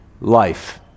Life